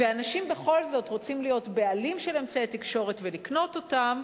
ואנשים בכל זאת רוצים להיות בעלים של אמצעי תקשורת ולקנות אותם,